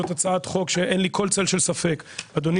זאת הצעת חוק שאין לי כל צל של ספק אדוני